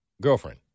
girlfriend